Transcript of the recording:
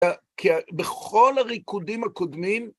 כי בכל הריקודים הקודמים,